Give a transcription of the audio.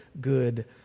good